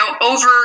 over